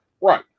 Right